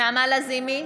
נעמה לזימי,